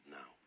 now